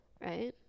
right